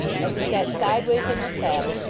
as he sat sideways in the saddle,